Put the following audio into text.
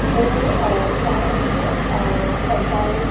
so त्यावरती सरकारने